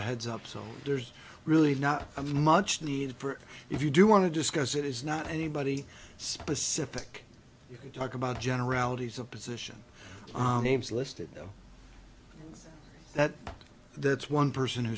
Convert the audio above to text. a heads up so there's really not much need for if you do want to discuss it is not anybody specific you can talk about generalities of position names listed that that's one person who